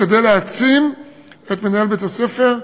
כדי להעצים את מנהל בית-הספר,